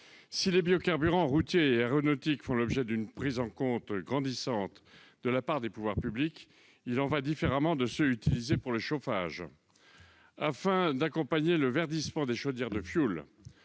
Si les biocarburants routiers et aéronautiques font l'objet d'une prise en compte grandissante de la part des pouvoirs publics, il en va différemment de ceux qui sont utilisés pour le chauffage. Afin d'accompagner le verdissement des chaudières au fioul,